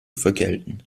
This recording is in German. vergelten